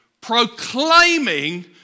proclaiming